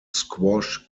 squash